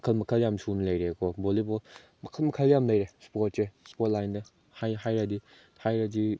ꯃꯈꯜ ꯃꯈꯜ ꯌꯥꯝ ꯁꯨꯅ ꯂꯩꯔꯦꯀꯣ ꯕꯣꯜꯂꯤꯕꯣꯜ ꯃꯈꯜ ꯃꯈꯜ ꯌꯥꯝ ꯂꯩꯔꯦ ꯏꯁꯄꯣꯔꯠꯁꯦ ꯏꯁꯄꯣꯔꯠ ꯂꯥꯏꯟꯗ ꯍꯥꯏꯔꯗꯤ